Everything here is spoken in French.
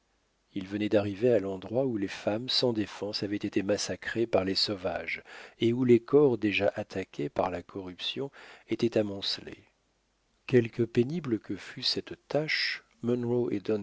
il venait d'arriver à l'endroit où les femmes sans défense avaient été massacrées par les sauvages et où les corps déjà attaqués par la corruption étaient amoncelés quelque pénible que fût cette tâche